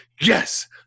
yes